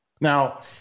Now